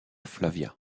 flavia